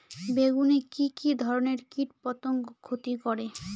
বেগুনে কি কী ধরনের কীটপতঙ্গ ক্ষতি করে?